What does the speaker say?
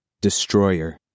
Destroyer